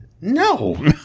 No